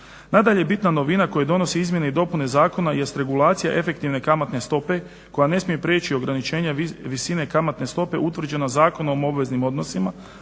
Nadalje, bitna novina koju donosi izmjene i dopune zakona jest regulacija efektivne kamatne stope koja ne smije prijeći ograničenja visine kamatne stope utvrđene Zakonom o obveznim odnosima